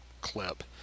clip